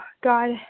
God